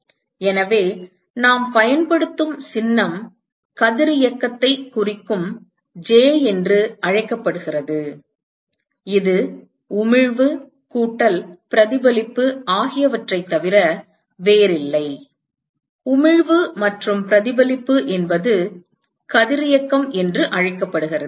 எனவே நாம் பயன்படுத்தும் சின்னம் கதிரியக்கத்தைக் குறிக்கும் J என்று அழைக்கப்படுகிறது இது உமிழ்வு கூட்டல் பிரதிபலிப்பு ஆகியவற்றை தவிர வேறில்லை உமிழ்வு மற்றும் பிரதிபலிப்பு என்பது கதிரியக்கம் என்று அழைக்கப்படுகிறது